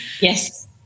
yes